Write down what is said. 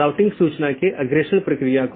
अन्यथा पैकेट अग्रेषण सही नहीं होगा